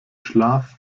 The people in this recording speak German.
schlaf